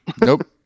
nope